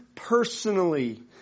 personally